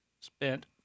spent